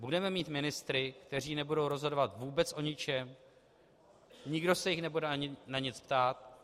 Budeme mít ministry, kteří nebudou rozhodovat vůbec o ničem, nikdo se jich nebude na nic ptát.